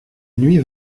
nuit